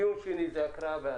דיון שני הוא הקראה והצבעה,